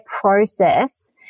process